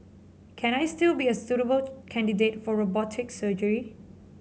can I still be a suitable candidate for robotic surgery